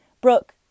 Brooke